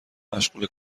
مشغول